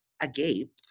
agape